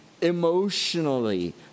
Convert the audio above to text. emotionally